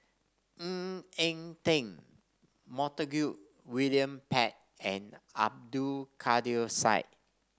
Ng Eng Teng Montague William Pett and Abdul Kadir Syed